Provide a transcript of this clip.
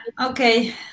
okay